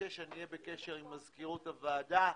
אני אהיה בקשר עם מזכירות הוועדה,